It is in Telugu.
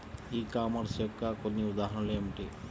ఈ కామర్స్ యొక్క కొన్ని ఉదాహరణలు ఏమిటి?